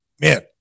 man